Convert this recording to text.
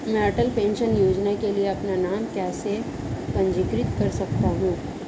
मैं अटल पेंशन योजना के लिए अपना नाम कैसे पंजीकृत कर सकता हूं?